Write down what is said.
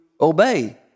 obey